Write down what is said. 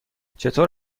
چطور